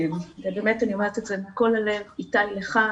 אני לא מבטלת את הסיפור הזה אבל זה בעצם השלב הבא שצריך לבחון